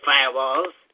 Firewalls